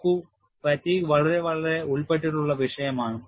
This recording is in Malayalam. നോക്കൂ ഫാറ്റീഗ് വളരെ വളരെ ഉൾപ്പെട്ടിട്ടുള്ള വിഷയമാണ്